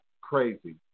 crazy